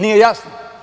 Nije jasno.